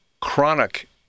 chronic